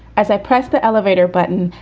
as i pressed the elevator button,